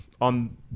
on